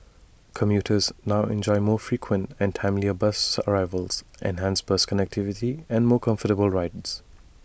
commuters now enjoy more frequent and timelier bus arrivals enhanced bus connectivity and more comfortable rides